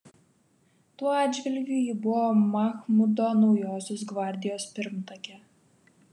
tuo atžvilgiu ji buvo machmudo naujosios gvardijos pirmtakė